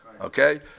Okay